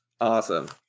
Awesome